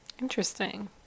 Interesting